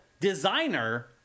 Designer